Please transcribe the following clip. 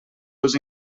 els